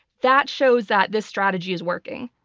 that shows that this strategy is working.